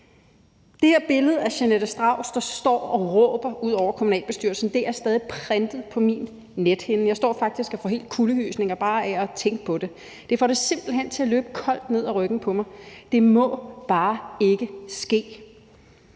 Det her billede af Jeanette Strauss, der står og råber ud over kommunalbestyrelsen, er stadig printet på min nethinde. Jeg står faktisk og får helt kuldegysninger bare af at tænke på det. Det får det simpelt hen til at løbe koldt ned ad ryggen på mig. Det må bare ikke ske.